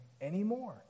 anymore